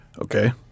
Okay